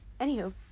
Anywho